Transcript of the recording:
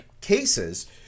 cases